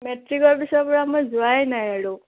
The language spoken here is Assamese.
মেট্ৰিকৰ পিছৰ পৰা মই যোৱাই নাই আৰু